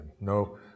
No